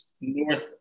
north